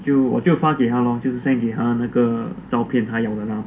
就我就发给他 lor 就是 send 给他那个照片他要的啦